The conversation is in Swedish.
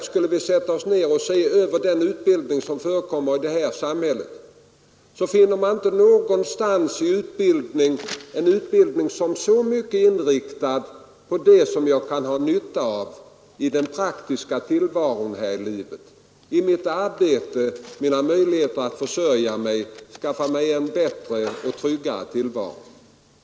Om vi sätter oss ner och studerar hela den utbildning som förekommer i vårt samhälle, så skall vi finna att vi inte någonstans har en utbildning som är så starkt inriktad på det som individen kan ha nytta av i det praktiska livet, t.ex. i mitt arbete, när det gäller mina möjligheter att försörja mig, att skaffa mig en bättre och tryggare tillvaro osv.